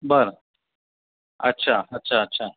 बर अच्छा अच्छा अच्छा